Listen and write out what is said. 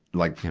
like,